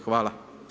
Hvala.